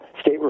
State